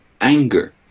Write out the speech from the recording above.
anger